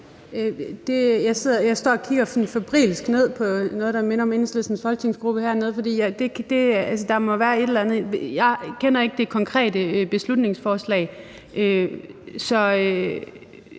og kigger febrilsk ned på noget, der minder om Enhedslistens folketingsgruppe hernede, for der må altså være et eller andet. Jeg kender ikke det konkrete beslutningsforslag.